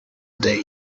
day